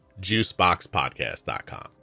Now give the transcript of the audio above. JuiceBoxPodcast.com